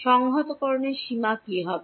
সংহতকরণের সীমা কী হবে